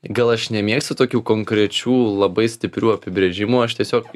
gal aš nemėgstu tokių konkrečių labai stiprių apibrėžimų aš tiesiog